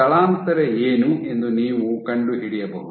ಸ್ಥಳಾಂತರ ಏನು ಎಂದು ನೀವು ಕಂಡುಹಿಡಿಯಬಹುದು